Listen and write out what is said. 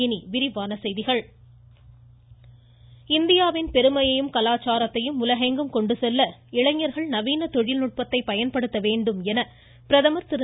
இனிவிரிவான செய்திகள் பிரதமர் இந்தியாவின் பெருமையையும் கலாச்சாரத்தையும் உலகெங்கும் கொண்டு செல்ல இளைஞர்கள் நவீன தொழில்நுட்பத்தை பயன்படுத்த வேண்டும் என பிரதமர் திரு